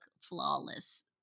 flawless